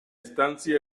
estancia